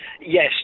Yes